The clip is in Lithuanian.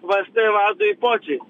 vsd vadui pociui